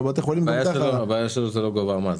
--- הבעיה שלו זה לא גובה המס,